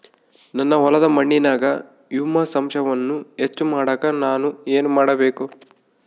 ನನ್ನ ಹೊಲದ ಮಣ್ಣಿನಾಗ ಹ್ಯೂಮಸ್ ಅಂಶವನ್ನ ಹೆಚ್ಚು ಮಾಡಾಕ ನಾನು ಏನು ಮಾಡಬೇಕು?